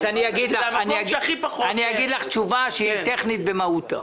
זה המקום שהכי פחות -- אגיד לך תשובה שהיא טכנית במהותה.